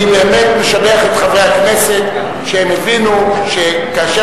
אני באמת משבח את חברי הכנסת שהם הבינו שכאשר